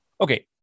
Okay